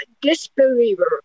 disbeliever